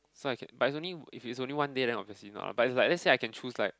so I can but it's only if it's only one day then obviously not lah but it's like let's say I can choose like